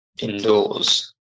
indoors